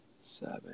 seven